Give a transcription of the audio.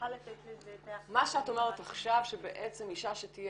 ונוכל לתת לזה את ה- -- מה שאת אומרת עכשיו שבעצם אישה שתהיה